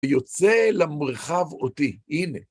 יוצא למרחב אותי, הנה.